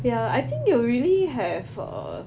ya I think you will really have err